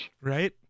Right